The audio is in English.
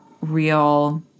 real